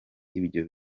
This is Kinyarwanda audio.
ibyo